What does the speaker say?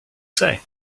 say